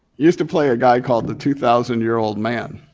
used to play a guy called the two thousand year old man.